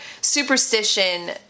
superstition